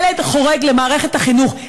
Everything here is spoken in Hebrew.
ילד חורג למערכת החינוך.